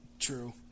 true